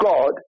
God